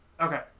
Okay